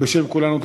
בשם כולנו,